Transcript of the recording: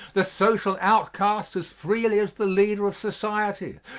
the social outcasts as freely as the leader of society,